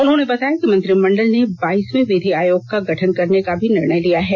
उन्होंने बताया कि मंत्रिमंडल ने बाइसवें विधि आयोग का गठन करने का भी निर्णय लिया है